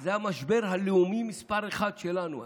זה המשבר הלאומי מס' אחת שלנו היום,